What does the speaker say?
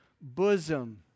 bosom